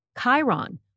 Chiron